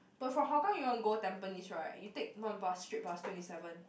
but from Hougang you want go Tampines right you take one bus straight bus twenty seven